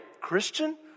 Christian